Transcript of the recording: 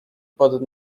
pod